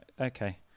okay